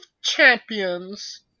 champions